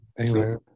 Amen